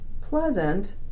pleasant